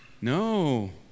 No